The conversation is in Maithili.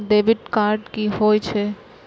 डेबिट कार्ड की होय छे?